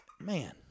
Man